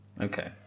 Okay